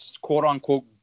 quote-unquote